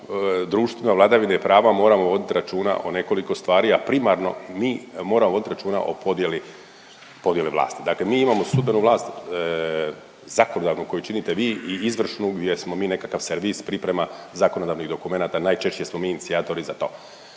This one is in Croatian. društvenoj vladavini prava moramo vodit računa o nekoliko stvari, a primarno mi moramo vodit računa o podjeli, podjeli vlasti. Dakle mi imamo sudbenu vlast, zakonodavnu koju činite vi i izvršnu gdje smo mi nekakav servis, priprema zakonodavnih dokumenata, najčešće smo mi inicijatori za to.